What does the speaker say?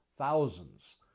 Thousands